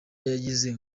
yagize